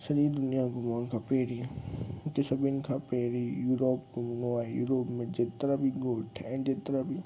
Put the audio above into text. सॼी दुनिया घुमण खां पहिरीं मूंखे सभिनि खां पहिरीं यूरोप घुमणो आहे यूरोप जेतिरा बि ॻोठ आहिनि जेतिरा बि